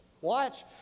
watch